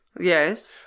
Yes